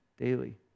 Daily